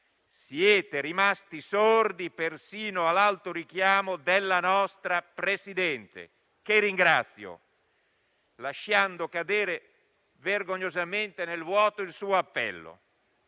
Siete rimasti sordi persino all'alto richiamo della nostra Presidente, che ringrazio, lasciando cadere vergognosamente nel vuoto il suo appello.